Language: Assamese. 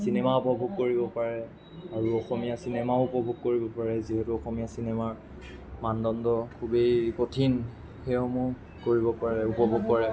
চিনেমা উপভোগ কৰিব পাৰে আৰু অসমীয়া চিনেমাও উপভোগ কৰিব পাৰে যিহেতু অসমীয়া চিনেমাৰ মানদণ্ড খুবেই কঠিন সেইসমূহ কৰিব পাৰে উপভোগ কৰে